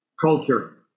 culture